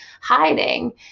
hiding